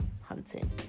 hunting